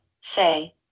say